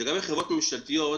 לגבי חברות ממשלתיות